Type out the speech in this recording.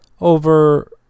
over